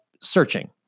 searching